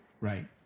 Right